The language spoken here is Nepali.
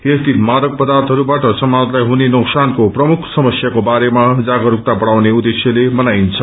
यस दिन मादक पदार्यहरूबाट समाजलाई हुने नोक्सानको प्रमुख समस्याको बारेमा जागरूकता बढाउने उद्देश्यले मनाइन्छ